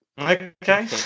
Okay